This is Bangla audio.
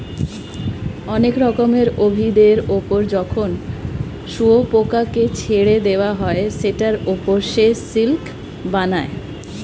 অনেক রকমের উভিদের ওপর যখন শুয়োপোকাকে ছেড়ে দেওয়া হয় সেটার ওপর সে সিল্ক বানায়